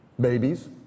Babies